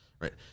Right